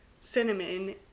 Cinnamon